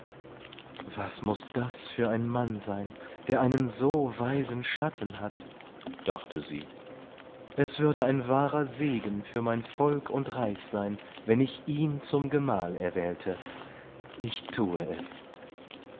was muß das für ein mann sein der einen so weisen schatten hat dachte sie es würde ein wahrer segen für mein volk und reich sein wenn ich ihn zum gemahl erwählte ich thue es